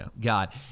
God